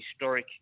historic